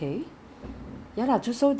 it almost like ghost town